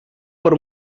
per